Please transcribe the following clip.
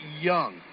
young